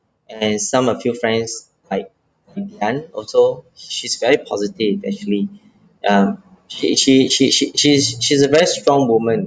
and some of your friends like also she's very positive actually ya she she she she she's she's a very strong woman